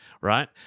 right